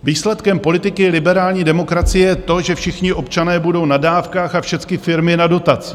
Výsledkem politiky liberální demokracie je to, že všichni občané budou na dávkách a všecky firmy na dotacích.